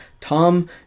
Tom